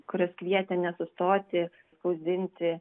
kurios kvietė nesustoti spausdinti